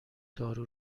دارو